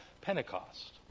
Pentecost